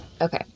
Okay